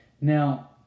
Now